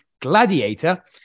Gladiator